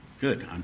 Good